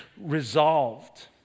resolved